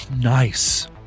nice